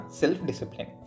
self-discipline